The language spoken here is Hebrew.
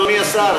אדוני השר,